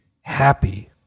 happy